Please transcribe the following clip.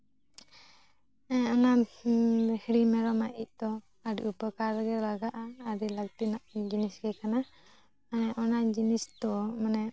ᱦᱮᱸ ᱚᱱᱟ ᱵᱷᱤᱲᱤ ᱢᱮᱨᱚᱢᱟᱜ ᱤᱡ ᱫᱚ ᱟᱹᱰᱤ ᱩᱯᱚᱠᱟᱨ ᱨᱮᱜᱮ ᱞᱟᱜᱟᱜᱼᱟ ᱟᱹᱰᱤ ᱞᱟᱹᱠᱛᱤ ᱨᱮᱱᱟᱜ ᱡᱤᱱᱤᱥ ᱜᱮ ᱠᱟᱱᱟ ᱚᱱᱟ ᱡᱤᱱᱤᱥ ᱫᱚ ᱢᱟᱱᱮ